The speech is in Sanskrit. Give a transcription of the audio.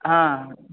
हा